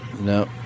No